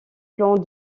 plans